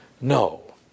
No